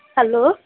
hello